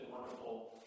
wonderful